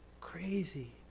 crazy